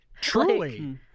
Truly